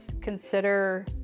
consider